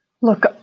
Look